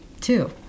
Two